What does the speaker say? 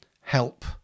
help